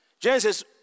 Genesis